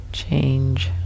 change